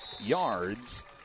yards